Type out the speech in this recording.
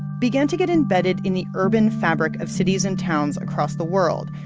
began to get embedded in the urban fabric of cities and towns across the world.